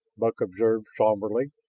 buck observed somberly.